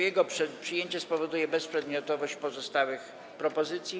Jego przyjęcie spowoduje bezprzedmiotowość pozostałych propozycji.